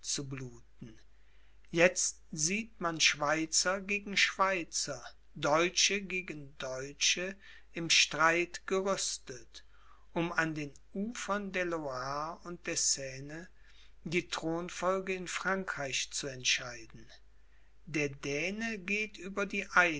zu bluten jetzt sieht man schweizer gegen schweizer deutsche gegen deutsche im streit gerüstet um an den ufern der loire und der seine die thronfolge in frankreich zu entscheiden der däne geht über die